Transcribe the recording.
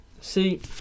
See